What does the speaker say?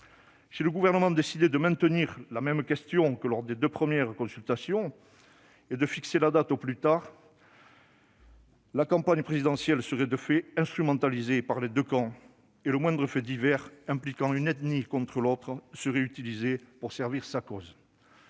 Si le Gouvernement décidait de maintenir la même question que lors des deux premières consultations et de fixer la date au plus tard, la campagne présidentielle serait de fait instrumentalisée par les deux camps, et le moindre fait divers impliquant une ethnie contre l'autre serait utilisé pour servir sa cause.